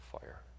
fire